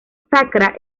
sacra